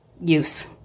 use